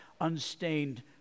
unstained